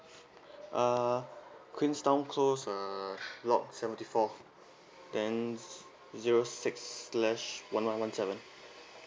uh queenstown close uh block seventy four then zero six slash one one one seven